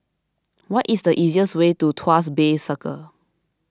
what is the easiest way to Tuas Bay Circle